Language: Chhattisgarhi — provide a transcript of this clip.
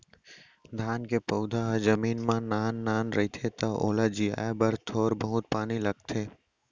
धान के पउधा ह जमीन म नान नान रहिथे त ओला जियाए बर थोर बहुत पानी लगथे